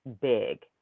big